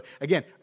again